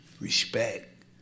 respect